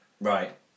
Right